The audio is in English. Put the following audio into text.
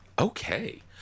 Okay